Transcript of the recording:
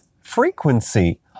Frequency